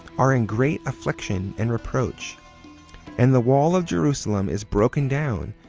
are in great affliction, and reproach and the wall of jerusalem is broken down,